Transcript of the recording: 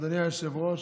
אדוני היושב-ראש,